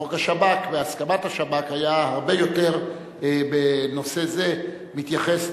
חוק השב"כ בהסכמת השב"כ היה מתייחס הרבה יותר בנושא זה למדינת